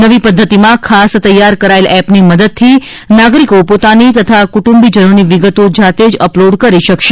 નવી પધ્ધતિમાં ખાસ તૈયાર કરાયેલ એપની મદદથી નાગરીકો પોતાની તથાકુટુંબીજનોની વિગતો જાતે જ અપલોડ કરી શકશે